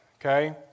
Okay